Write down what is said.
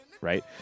Right